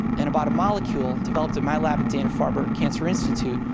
and about a molecule developed at my lab at dana-farber cancer institute,